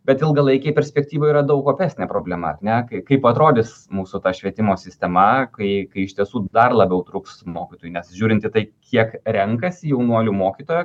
bet ilgalaikėj perspektyvoj yra daug opesnė problema ar ne kai kaip atrodys mūsų ta švietimo sistema kai kai iš tiesų dar labiau trūks mokytojų nes žiūrinti tai kiek renkasi jaunuolių mokytojo